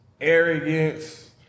arrogance